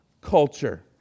culture